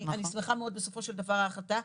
אני שמחה מאוד בסופו של דבר על ההחלטה.